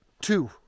two